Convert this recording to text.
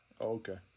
Okay